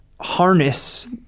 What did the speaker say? harness